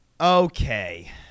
Okay